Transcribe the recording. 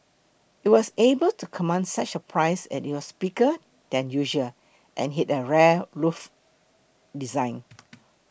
you was able to command such a price as it was bigger than usual and had a rare loft design